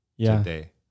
today